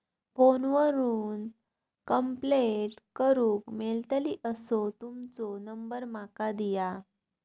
Phone करून complaint करूक मेलतली असो तुमचो नंबर माका दिया?